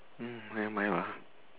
never mind lah